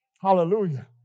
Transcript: Hallelujah